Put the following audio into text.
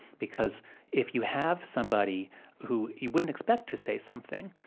because if you have somebody who you wouldn't expect to say something,